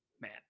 man